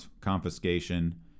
confiscation